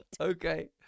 Okay